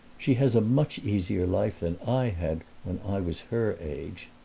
she has a much easier life than i had when i was her age.